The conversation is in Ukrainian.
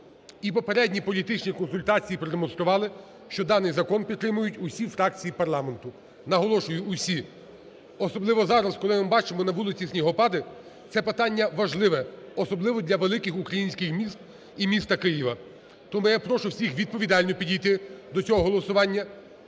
і попередні політичні консультації продемонстрували, що даний закон підтримують усі фракції парламенту. Наголошую, усі, особливо зараз, коли ми бачимо на вулиці снігопади, це питання важливе, особливо для великих українських міст і міста Києва. Тому я прошу всіх відповідально підійти до цього голосування,